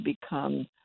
become